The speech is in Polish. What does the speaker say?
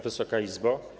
Wysoka Izbo!